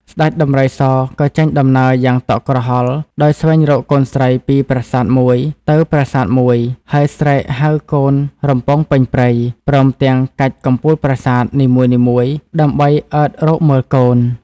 ស្តេចដំរីសក៏ចេញដំណើរយ៉ាងតក់ក្រហល់ដោយស្វែងរកកូនស្រីពីប្រាសាទមួយ ទៅប្រាសាទមួយ ហើយស្រែកហៅកូនរំពងពេញព្រៃ ព្រមទាំងកាច់កំពូលប្រាសាទ នីមួយៗដើម្បីអើតរកមើលកូន ។